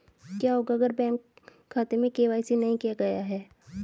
क्या होगा अगर बैंक खाते में के.वाई.सी नहीं किया गया है?